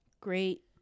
great